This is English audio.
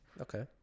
Okay